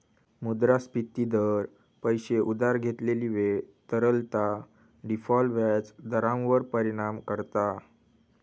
मुद्रास्फिती दर, पैशे उधार घेतलेली वेळ, तरलता, डिफॉल्ट व्याज दरांवर परिणाम करता